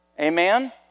Amen